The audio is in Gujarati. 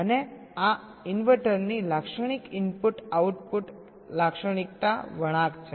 અને આ ઇન્વર્ટરની લાક્ષણિક ઇનપુટ આઉટપુટ લાક્ષણિકતા વળાંક છે